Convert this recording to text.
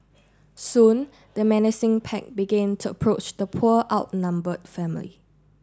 soon the menacing pack begin to approach the poor outnumbered family